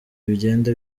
bigenda